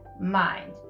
mind